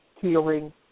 healing